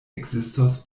ekzistos